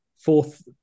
fourth